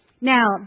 now